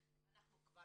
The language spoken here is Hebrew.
אנחנו כבר